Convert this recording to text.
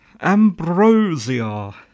Ambrosia